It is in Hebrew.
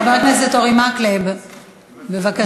חבר הכנסת אורי מקלב, בבקשה.